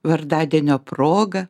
vardadienio proga